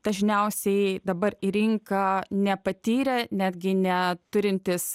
dažniausiai dabar į rinką nepatyrę netgi ne turintys